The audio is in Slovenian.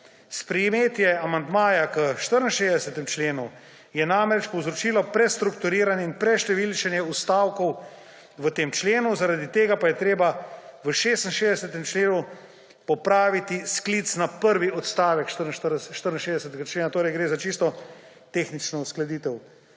Sprejetje amandmaja k 64. členu je namreč povzročilo prestrukturiranje in preštevilčenje vstavkov v tem členu, zaradi tega pa je treba v 66. členu popraviti sklic na prvi odstavek 64. člena, torej gre za čisto tehnično uskladitev.